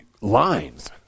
lines